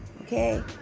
okay